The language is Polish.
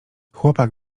chłopak